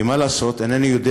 כי מה לעשות, אינני יודע